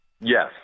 Yes